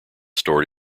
stored